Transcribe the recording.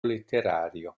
letterario